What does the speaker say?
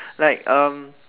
like uh